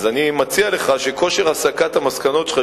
אז אני מציע לך שכושר הסקת המסקנות שלך,